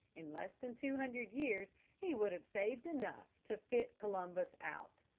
in less than two hundred years he would have saved enough to fit columbus out.